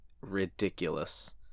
ridiculous